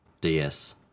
ds